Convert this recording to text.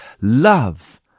love